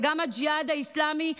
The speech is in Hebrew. וגם הג'יהאד האסלאמי,